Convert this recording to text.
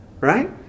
right